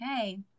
Okay